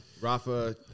Rafa